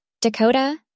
Dakota